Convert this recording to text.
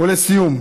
ולסיום,